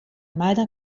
mare